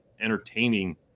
entertaining